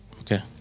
Okay